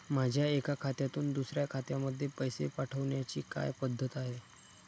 माझ्या एका खात्यातून दुसऱ्या खात्यामध्ये पैसे पाठवण्याची काय पद्धत आहे?